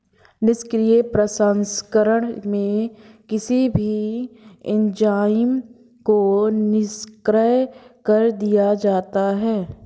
निष्क्रिय प्रसंस्करण में किसी भी एंजाइम को निष्क्रिय कर दिया जाता है